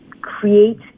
create